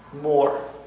more